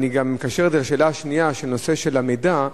אני גם מקשר את זה לשאלה השנייה בנושא של המידע.